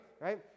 right